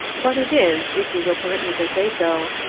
but it is, if you will permit me to say so,